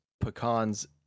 pecans